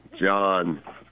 John